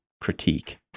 critique